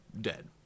dead